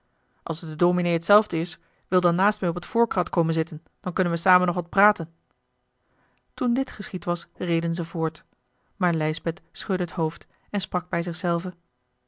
als het den dominé hetzelfde is wil dan naast mij op het voorkrat komen zitten dan kunnen wij samen nog wat praten toen dit geschied was reden ze voort maar lijsbeth schudde het hoofd en sprak bij